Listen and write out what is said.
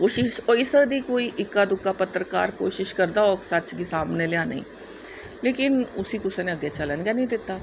कोई चीज होई सकदी कोई इक्का दूक्का पत्रकार कोशिश करदा होग सच गी सामने लेआने गी लेकिन उसी कुसे ने अग्गे चलन गै नेई दित्ता